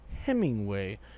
Hemingway